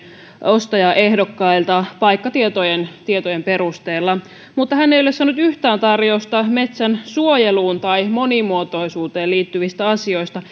ostajaehdokkailta paikkatietojen perusteella mutta ei yhtään tarjousta metsän suojeluun tai monimuotoisuuteen liittyvistä asioista